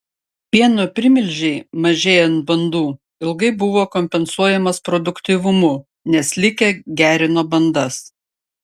pieno primilžiai mažėjant bandų ilgai buvo kompensuojamas produktyvumu nes likę gerino bandas